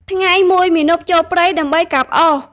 ថ្ងៃមួយ មាណពចូលព្រៃដើម្បីកាប់អុស។